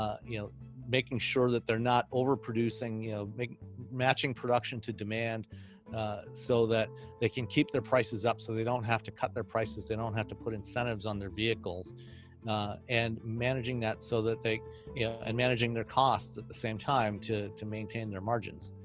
ah you know making sure that they're not overproducing yeah matching production to demand so that they can keep their prices up so they don't have to cut their prices. they don't have to put incentives on their vehicles and managing that so that they yeah and managing their costs at the same time to to maintain their margins.